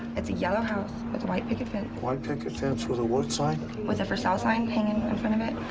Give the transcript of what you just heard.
it's a yellow house with a white picket fence. white picket fence with a wood sign? with a for sale sign hanging in front of it.